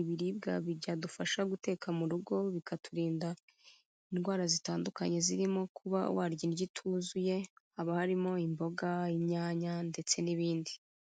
ibiribwa byadufasha guteka mu rugo bikaturinda indwara zitandukanye zirimo kuba warya indyo ituzuye, haba harimo imboga, inyanya, ndetse n'ibindi.